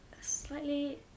slightly